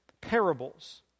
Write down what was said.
parables